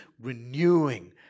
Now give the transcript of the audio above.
renewing